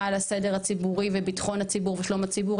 על הסדר הציבורי וביטחון הציבור ושלום הציבור.